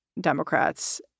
Democrats